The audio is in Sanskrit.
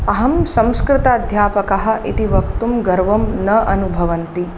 अहं संस्कृत अध्यापकः इति वक्तुं गर्वं न अनुभवन्ति